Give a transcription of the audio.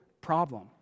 problem